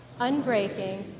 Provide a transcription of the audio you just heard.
unbreaking